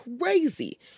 crazy